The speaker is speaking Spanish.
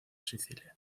sicilia